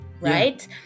right